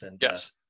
Yes